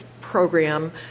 program